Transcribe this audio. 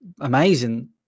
amazing